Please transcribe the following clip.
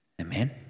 Amen